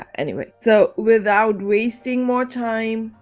anyway, so without wasting more time,